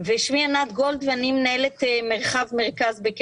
בשנה הבאה תחסכו הרבה כסף כי לא יהיה שימוש